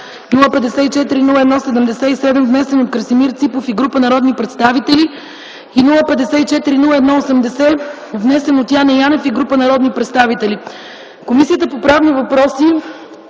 054-01-77, внесен от Красимир Ципов и група народни представители и № 054-01-80, внесен от Яне Янев и група народни представители Комисията по правни въпроси